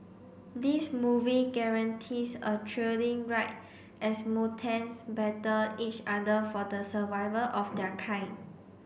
this movie guarantees a thrilling ride as mutants battle each other for the survival of their kind